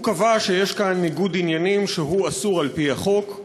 הוא קבע שיש כאן ניגוד עניינים שהוא אסור על-פי החוק,